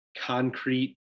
concrete